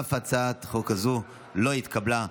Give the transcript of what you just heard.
אף הצעת חוק זו לא התקבלה.